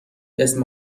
اسم